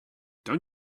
don’t